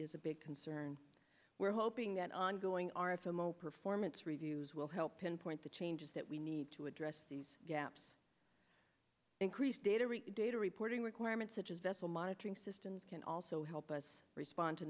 is a big concern we're hoping that ongoing are a film zero performance reviews will help in point the changes that we need to address these gaps increase data real data reporting requirements such as vessel monitoring system can also help us respond to